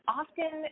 often